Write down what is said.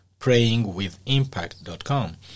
prayingwithimpact.com